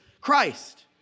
Christ